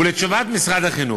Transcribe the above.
ולתשובת משרד החינוך: